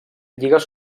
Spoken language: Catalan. lligues